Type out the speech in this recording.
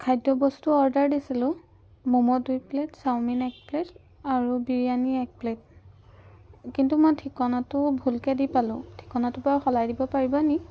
খাদ্য বস্তু অৰ্ডাৰ দিছিলোঁ মম' দুই প্লেট চাওমিন এক প্লেট আৰু বিৰিয়ানী এক প্লেট কিন্তু মই ঠিকনাটো ভুলকৈ দি পালোঁ ঠিকনাটো বাৰু সলাই দিব পাৰিবানি